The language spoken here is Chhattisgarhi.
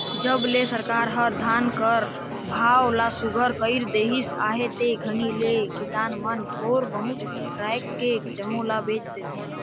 जब ले सरकार हर धान कर भाव ल सुग्घर कइर देहिस अहे ते घनी ले किसान मन थोर बहुत राएख के जम्मो ल बेच देथे